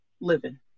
living